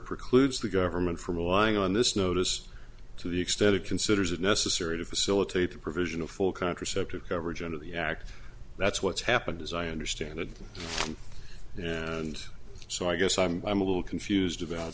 precludes the government from allying on this notice to the extent it considers it necessary to facilitate the provision of full contraceptive coverage under the act that's what's happened as i understand it and so i guess i'm i'm a little used about